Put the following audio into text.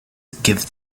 give